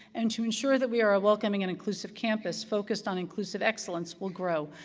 and to ensure that we are a welcoming and inclusive campus focused on inclusive excellence will grow.